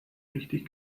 richtig